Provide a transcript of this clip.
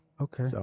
Okay